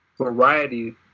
variety